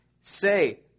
Say